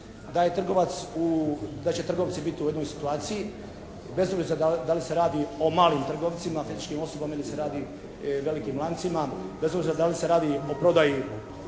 da će trgovci biti u jednoj situaciji bez obzira da li se radi o malim trgovcima, fizičkim osobama ili se radi o velikim lancima, bez obzira da li se radi o prodaji